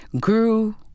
grew